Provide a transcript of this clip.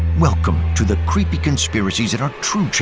welcome to the creepy conspiracies that are true channel.